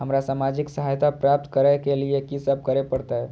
हमरा सामाजिक सहायता प्राप्त करय के लिए की सब करे परतै?